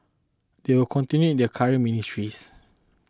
they will continue in their current ministries